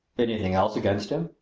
anything else against him?